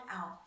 out